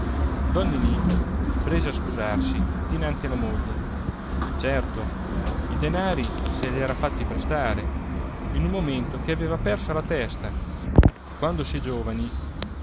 prese a scusarsi dinanzi alla moglie certo i denari se li era fatti prestare in un momento che aveva persa la testa quando si è giovani